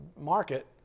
market